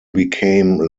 became